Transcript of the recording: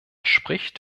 spricht